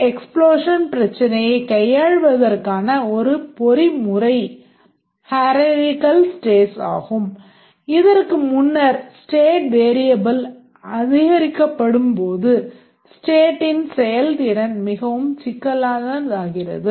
state explosion அதிகரிக்கப்படும் போது ஸ்டேட்டின் செயல்திறன் மிகவும் சிக்கலானதாகிறது